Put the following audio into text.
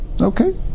Okay